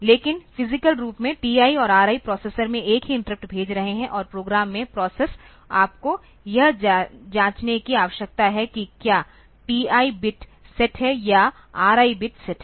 लेकिन फिजिकल रूप से TI और RI प्रोसेसर में एक ही इंटरप्ट भेज रहे हैं और प्रोग्राम में प्रोसेस आपको यह जांचने की आवश्यकता है कि क्या TI बिट सेट है या RI बिट सेट है